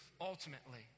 ultimately